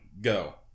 go